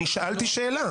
אני שאלתי שאלה.